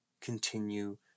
continue